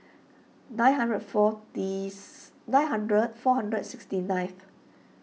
nine hundred forties nine hundred four hundred sixty ninth